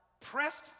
pressed